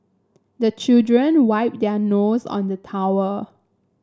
the children wipe their nose on the towel